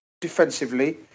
defensively